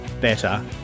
better